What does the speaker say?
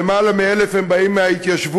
למעלה מ-1,000 הם באים מההתיישבות.